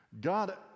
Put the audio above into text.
God